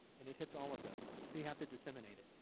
and it's all of those. so you have to disseminate it.